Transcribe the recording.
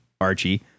Archie